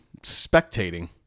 spectating